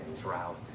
drought